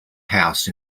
house